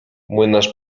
młynarz